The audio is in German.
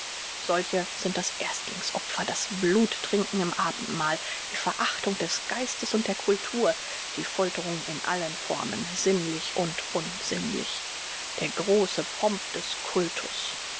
solche sind das erstlingsopfer das bluttrinken im abendmahl die verachtung des geistes und der cultur die folterung in allen formen sinnlich und unsinnlich der große pomp des cultus